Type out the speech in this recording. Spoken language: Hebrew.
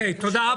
תודה.